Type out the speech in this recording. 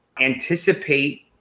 anticipate